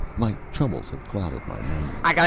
my troubles have clouded my memory.